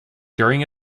during